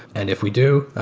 and if we do,